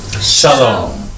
Shalom